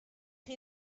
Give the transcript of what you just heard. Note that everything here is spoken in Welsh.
chi